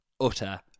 Utter